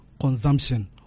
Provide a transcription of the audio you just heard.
consumption